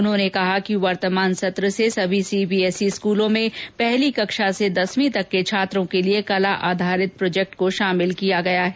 उन्होंने कहा कि वर्तमान सत्र से सभी सीबीएसई स्कूलों में पहली कक्षा से दसवीं तक के छात्रों के लिए कला आधारित प्रोजेक्ट को शामिल किया गया है